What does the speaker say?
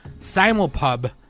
Simulpub